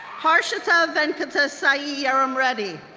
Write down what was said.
harshita venkata sai yerramreddy,